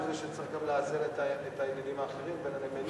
הוא זה שצריך גם לאזן את העניינים האחרים בין הנמלים,